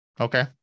okay